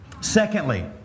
Secondly